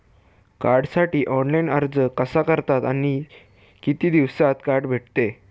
कार्डसाठी ऑनलाइन अर्ज कसा करतात आणि किती दिवसांत कार्ड भेटते?